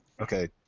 Okay